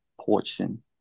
portion